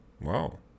Wow